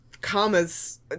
commas